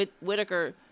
Whitaker